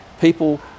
people